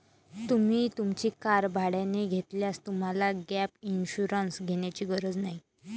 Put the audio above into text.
तुम्ही तुमची कार भाड्याने घेतल्यास तुम्हाला गॅप इन्शुरन्स घेण्याची गरज नाही